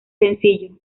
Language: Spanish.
sencillo